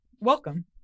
Welcome